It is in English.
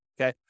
Okay